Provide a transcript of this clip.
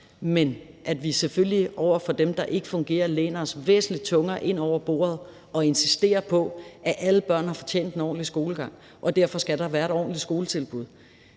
man skal jo se det i grove træk – læner vi os væsentlig tungere ind over bordet og insisterer på, at alle børn har fortjent en ordentlig skolegang, og derfor skal der være et ordentligt skoletilbud.